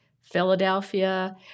Philadelphia